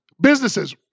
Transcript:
Businesses